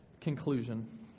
conclusion